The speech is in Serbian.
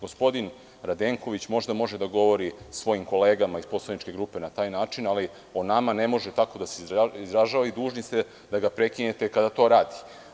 Gospodin Radenković možda može da govori svojim kolegama iz poslaničke grupe na taj način, ali o nama ne može tako da se izražava i dužni ste da ga prekinete kada to radi.